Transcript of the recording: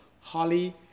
Holly